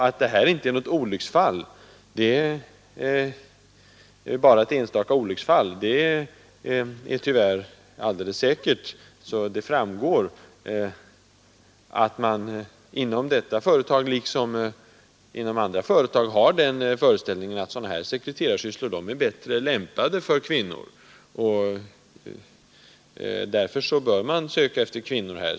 Att det här inte är något enstaka olycksfall är tyvärr alldeles säkert. Inom detta företag, liksom inom många andra företag, har man den föreställningen att sådana här sekreterarsysslor är bättre lämpade för kvinnor, och därför bör man söka efter kvinnor.